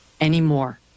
anymore